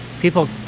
people